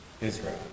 Israel